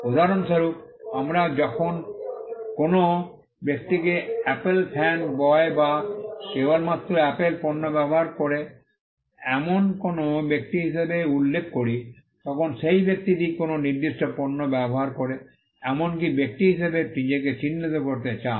উদাহরণস্বরূপ আমরা যখন কোনও ব্যক্তিকে অ্যাপল ফ্যান বয় বা কেবলমাত্র অ্যাপল পণ্য ব্যবহার করে এমন কোনও ব্যক্তি হিসাবে উল্লেখ করি তখন সেই ব্যক্তিটি কোনও নির্দিষ্ট পণ্য ব্যবহার করে এমন ব্যক্তি হিসাবে নিজেকে চিহ্নিত করতে চায়